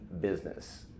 business